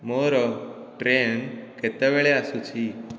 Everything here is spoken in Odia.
ମୋର ଟ୍ରେନ୍ କେତେବେଳେ ଆସୁଛି